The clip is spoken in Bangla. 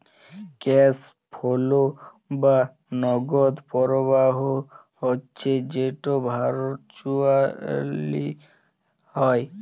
ক্যাশ ফোলো বা নগদ পরবাহ হচ্যে যেট ভারচুয়েলি হ্যয়